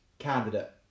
candidate